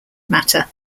matter